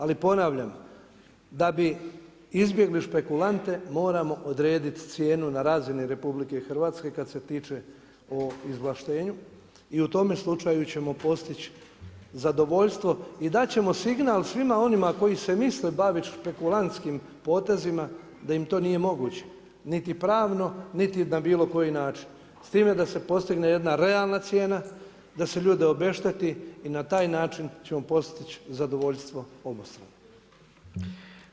Ali ponavljam, da bi izbjegli špekulante moramo odrediti cijenu na razini RH kada se tiče o izvlaštenju i u tome slučaju ćemo postići zadovoljstvo i dat ćemo signal svima onima koji se misle baviti špekulantskim potezima da im to nije moguće, niti pravno, niti na bilo koji način s time da se postigne jedan realna cijena, da se ljude obešteti i na taj način ćemo postići zadovoljstvo obostrano.